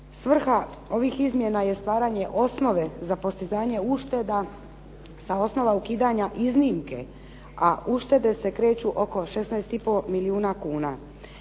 Svrha ovih izmjena je stvaranje osnove za postizanje ušteda sa osnova ukidanja iznimke, a uštede se kreću oko 16 i pol milijuna kuna.